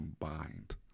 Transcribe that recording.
combined